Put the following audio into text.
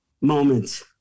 moment